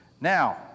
Now